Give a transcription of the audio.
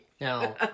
Now